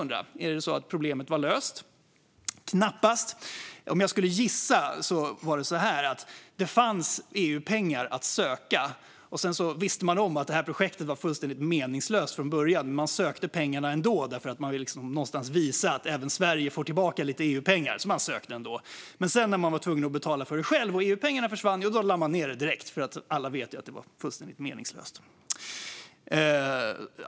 Var problemet löst? Knappast. Om jag ska gissa var det så att det fanns EU-pengar att söka. Man visste att projektet var fullständigt meningslöst från början, men man sökte pengarna ändå därför att man ville visa att även Sverige får tillbaka lite EU-pengar. När sedan EU-pengarna försvann och man var tvungen att betala för det själv lade man ned det direkt, för alla visste ju att det var fullständigt meningslöst.